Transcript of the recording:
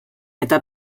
eta